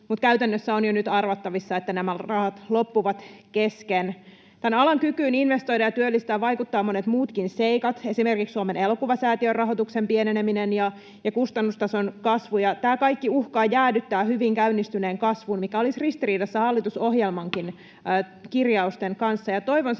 käytännössä on jo nyt arvattavissa, että nämä rahat loppuvat kesken. Tämän alan kykyyn investoida ja työllistää vaikuttavat monet muutkin seikat, esimerkiksi Suomen elokuvasäätiön rahoituksen pieneneminen ja kustannustason kasvu. Tämä kaikki uhkaa jäädyttää hyvin käynnistyneen kasvun, mikä olisi ristiriidassa hallitusohjelmankin kirjausten kanssa.